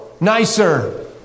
nicer